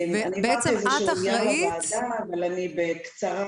העברתי נייר לוועדה, אבל אני בקצרה